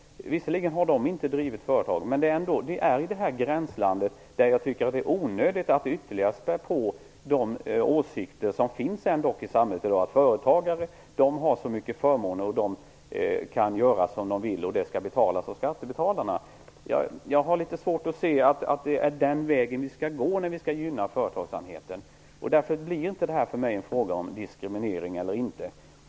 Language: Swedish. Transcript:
Visserligen har de inte drivit företag, men det är ändå i gränslandet. Jag tycker att det är onödigt att ytterligare spä på de åsikter som ändock finns i samhället om att företagare har så många förmåner och kan göra som de vill, men det skall betalas av skattebetalarna. Jag har litet svårt att se att det är den vägen vi skall gå när vi skall gynna företagsamheten. Därför blir det här inte för mig en fråga om diskriminering eller inte.